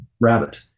rabbit